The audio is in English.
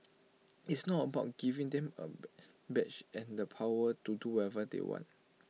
it's not about giving them A badge and the powers to do whatever they want